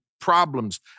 problems